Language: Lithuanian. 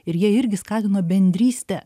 ir jie irgi skatino bendrystę